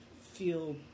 feel